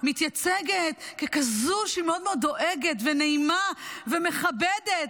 מתייצגת ככזאת שמאוד מאוד דואגת ונעימה ומכבדת,